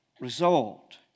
result